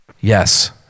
yes